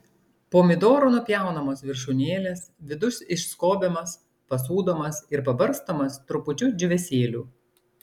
pomidorų nupjaunamos viršūnėlės vidus išskobiamas pasūdomas ir pabarstomas trupučiu džiūvėsėlių